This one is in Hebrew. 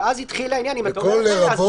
התחיל העניין שאם אתה אומר את זה אז